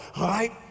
right